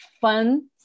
fun